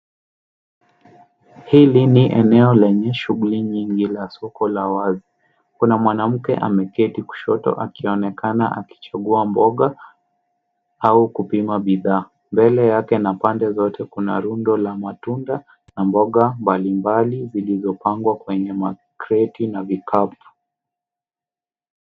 Hili ni eneo lenye shughuli nyingi la soko la wazi. Kuna mwanamke ameketi kushoto akionekana akichagua mboga au kupima bidhaa. Mbele yake na pande zote kuna rundo la matunda na mboga mbalimbali zilizopangwa kwenye makreti na vikapu.